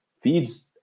feeds